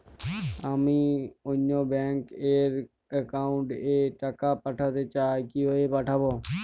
আমি অন্য ব্যাংক র অ্যাকাউন্ট এ টাকা পাঠাতে চাই কিভাবে পাঠাবো?